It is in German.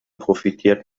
profitiert